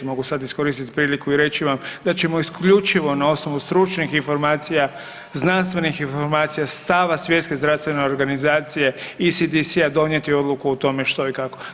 Mogu sad iskoristit priliku i reći vam da ćemo isključivo na osnovu stručnih informacija, znanstvenih informacija, stava Svjetske zdravstvene organizacije, ISDS-a, donijeti odluku o tome što i kako.